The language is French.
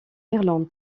irlande